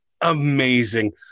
amazing